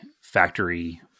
factory